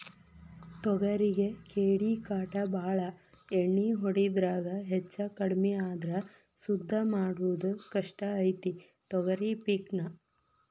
ತೊಗರಿಗೆ ಕೇಡಿಕಾಟ ಬಾಳ ಎಣ್ಣಿ ಹೊಡಿದ್ರಾಗ ಹೆಚ್ಚಕಡ್ಮಿ ಆದ್ರ ಸುದ್ದ ಮಾಡುದ ಕಷ್ಟ ಐತಿ ತೊಗರಿ ಪಿಕ್ ನಾ